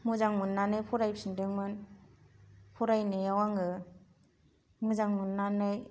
मोजां मोननानै फरायफिनदोंमोन फरायनायाव आङो मोजां मोननानै